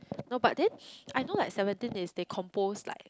no but then I know like Seventeen is they compose like